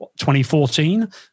2014